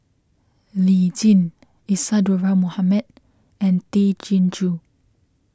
Lee Tjin Isadhora Mohamed and Tay Chin Joo